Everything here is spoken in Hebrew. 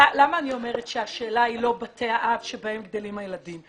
למה אני אומרת שהשאלה היא לא בתי האב שבהם גדלים הילדים?